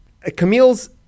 Camille's